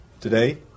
Today